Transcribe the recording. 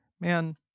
man